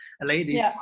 ladies